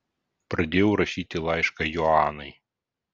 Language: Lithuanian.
pradėjau rašyti laišką joanai